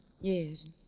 Yes